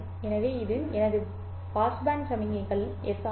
எனவே இது எனது பாஸ்பேண்ட் சமிக்ஞை கள் s